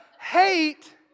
hate